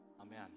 Amen